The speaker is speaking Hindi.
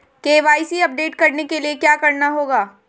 के.वाई.सी अपडेट करने के लिए क्या करना होगा?